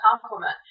complement